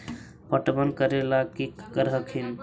पटबन करे ला की कर हखिन?